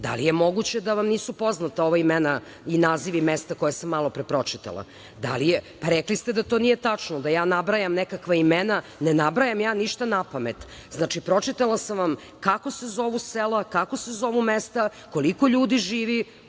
Da li je moguće da vam nisu poznata ova imena i nazivi mesta koja sam malopre pročitala? Rekli ste da to nije tačno, da ja nabrajam nekakva imena. Ne nabrajam ja ništa napamet. Pročitala sam vam kako se zovu sela, kako se zovu mesta, koliko ljudi živi